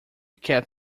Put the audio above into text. cat